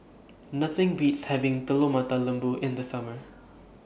Nothing Beats having Telur Mata Lembu in The Summer